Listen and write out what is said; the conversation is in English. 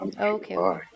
Okay